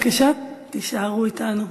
בבקשה תישארו אתנו,